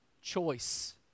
choice